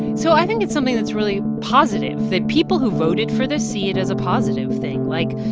so i think it's something that's really positive that people who voted for this see it as a positive thing. like,